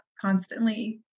constantly